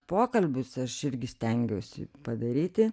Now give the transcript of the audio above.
pokalbius aš irgi stengiausi padaryti